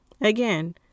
Again